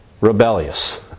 rebellious